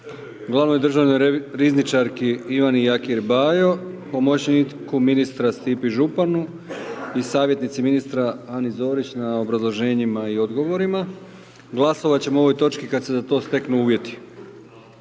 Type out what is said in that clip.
glavnoj državnoj rizničarki Ivani Jakir Bajo, pomoćniku ministra Stipi Županu i savjetnici ministra Ani Zorić na obrazloženjima i odgovorimo. Glasovat ćemo o ovoj točki kada se za to steknu uvjeti.